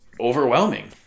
overwhelming